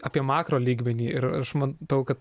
apie makro lygmenį ir aš matau kad